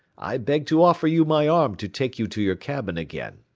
i beg to offer you my arm to take you to your cabin again.